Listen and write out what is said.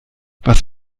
was